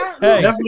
hey